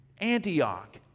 Antioch